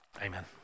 Amen